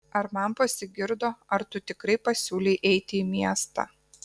ar man pasigirdo ar tu tikrai pasiūlei eiti į miestą